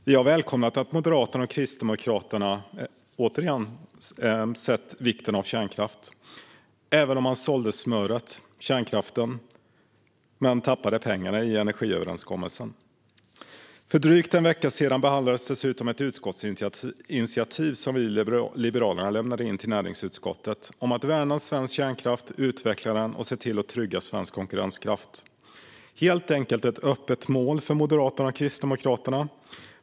Vi har välkomnat att Moderaterna och Kristdemokraterna återigen sett vikten av kärnkraft, även om man sålde smöret - kärnkraften - och tappade pengarna i energiöverenskommelsen. För drygt en vecka sedan behandlades dessutom ett utskottsinitiativ som vi liberaler lämnade in till näringsutskottet om att värna svensk kärnkraft, utveckla den och se till att trygga svensk konkurrenskraft. Det var helt enkelt öppet mål för Moderaterna och Kristdemokraterna.